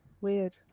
Weird